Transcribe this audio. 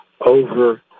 over